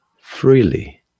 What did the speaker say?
freely